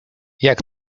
jak